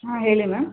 ಹಾಂ ಹೇಳಿ ಮ್ಯಾಮ್